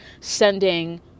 sending